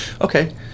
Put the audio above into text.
Okay